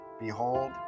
Behold